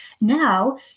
now